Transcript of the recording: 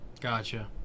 Gotcha